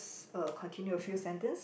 uh continue a few sentence